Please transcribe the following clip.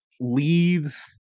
leaves